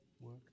work